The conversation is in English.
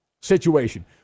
situation